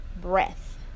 Breath